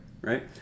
right